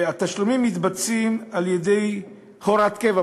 והתשלומים מתבצעים על-ידי הוראת קבע,